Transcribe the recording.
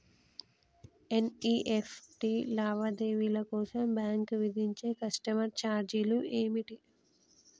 NEFT లావాదేవీల కోసం bank విధించే కస్టమర్ ఛార్జీలు ఏమిటి?